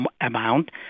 amount